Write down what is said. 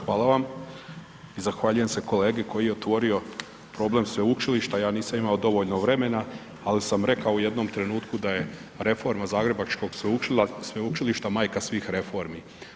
Hvala vam i zahvaljujem se kolegi koji je otvorio problem sveučilišta, ja nisam imao dovoljno vremena, ali sam rekao u jednom trenutku da je reforma zagrebačkog sveučilišta, majka svih reformi.